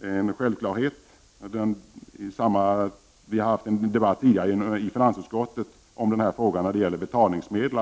är en självklarhet. Vi har tidigare haft en debatt i finansutskottet i fråga om betalningsmedel.